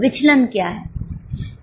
विचलन क्या है